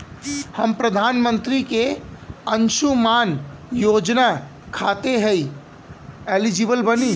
हम प्रधानमंत्री के अंशुमान योजना खाते हैं एलिजिबल बनी?